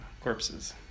corpses